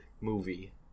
movie